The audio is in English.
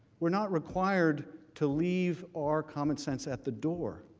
we are not required to leave our common sense at the door.